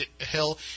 Hill